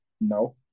No